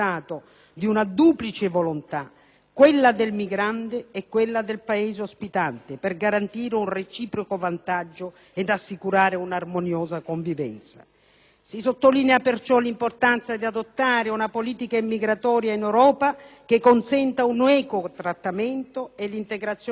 quella del migrante e quella del Paese ospitante, per garantire un reciproco vantaggio ed assicurare un'armoniosa convivenza. Si sottolinea, perciò, l'importanza di adottare una politica immigratoria in Europa che consenta un equo trattamento e l'integrazione nella società del Paese di accoglienza.